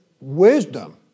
wisdom